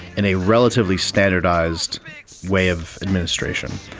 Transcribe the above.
and a relatively standardised way of administration.